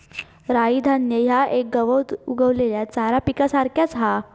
राई धान्य ह्या एक गवत उगवलेल्या चारा पिकासारख्याच हा